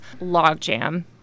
Logjam